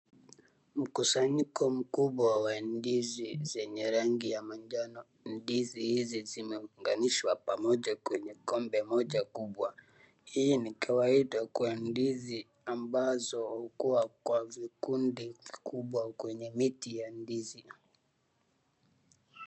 Mkusanyiko mkubwa wa ndizi zenye rangi ya manjano, ndizi hizi zimeunganishwa pamoja kwenye kombe moja kubwa, hii ni kawaida kwa ndizi ambazo hukuwa kwa vikundi kubwa kwenye miti ya ndizi.